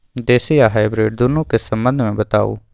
देसी आ हाइब्रिड दुनू के संबंध मे बताऊ?